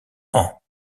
ans